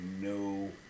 no